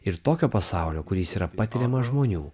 ir tokio pasaulio kuris yra patiriamas žmonių